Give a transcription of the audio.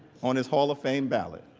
on his hall of fame ballot.